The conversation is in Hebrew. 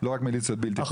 לא רק מליציות בלתי חוקיות.